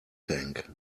tank